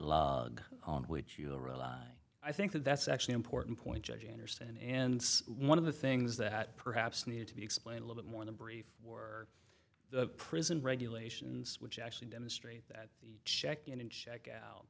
that on which you rely i think that that's actually important point judge anderson and one of the things that perhaps needed to be explained a little more the brief or the prison regulations which actually demonstrate that check in and check out